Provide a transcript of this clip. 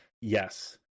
yes